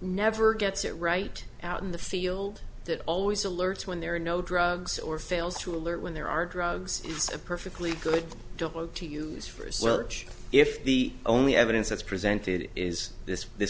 never gets it right out in the field that always alerts when there are no drugs or fails to alert when there are drugs it's a perfectly good i don't want to use for a search if the only evidence that's presented is this this